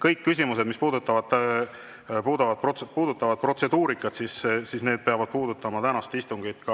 kõik küsimused, mis puudutavad protseduurikat, peavad puudutama ka tänast istungit.